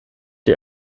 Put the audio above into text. die